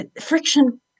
Friction